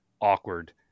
awkward